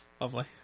Lovely